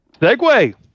Segue